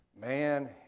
man